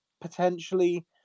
potentially